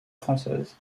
françaises